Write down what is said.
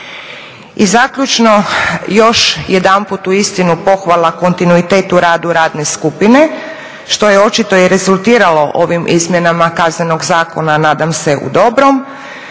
I zaključno još jedanput uistinu pohvala kontinuitetu radu radne skupine što je očito i rezultiralo ovim izmjenama Kaznenog zakona nadam se u dobrom.